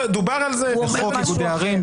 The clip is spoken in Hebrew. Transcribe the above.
בחוק איגודי ערים,